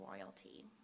royalty